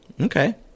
Okay